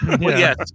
Yes